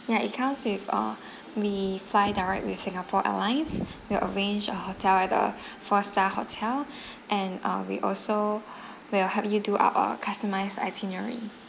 ya it comes with uh ] we fly direct with singapore airlines we'll arrange a hotel at the four star hotel and uh we also we'll help you do up a customized itinerary